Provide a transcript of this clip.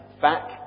back